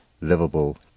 livable